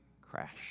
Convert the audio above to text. crash